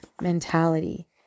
mentality